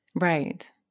Right